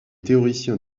théoriciens